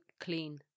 clean